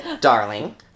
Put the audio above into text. Darling